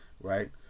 right